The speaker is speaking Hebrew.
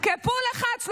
כ-pool אחד.